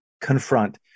confront